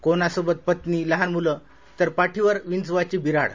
कोणा सोबत पत्नी लहान मुलं तर पाठीवर विंचवाचे बिन्हाड